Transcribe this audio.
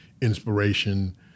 inspiration